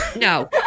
no